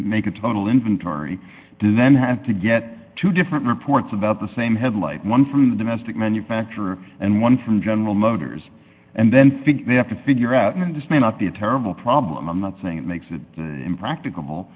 make a total inventory then have to get two different reports about the same headlight one from the domestic manufacturer and one from general motors and then they have to figure out and this may not be a terrible problem i'm not saying it makes it impractica